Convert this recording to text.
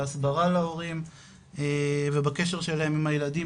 בהסברה להורים ובקשר שלהם עם הילדים,